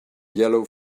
yellow